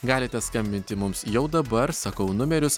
galite skambinti mums jau dabar sakau numerius